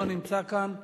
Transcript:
לא נמצא כאן.